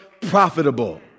profitable